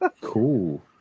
Cool